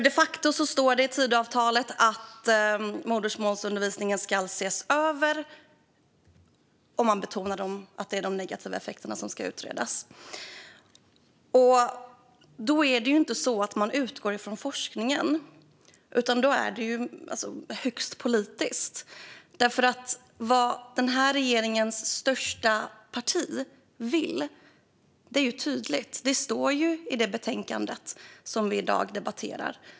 De facto står det i Tidöavtalet att modersmålsundervisningen ska ses över, och man betonar att det är de negativa effekterna som ska utredas. Då utgår man inte från forskningen, utan det är högst politiskt. Vad det här regeringsunderlagets största parti vill är ju tydligt. Det står i betänkandet som vi i dag debatterar.